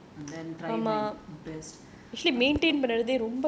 I wanted to just maintain there and then try my dress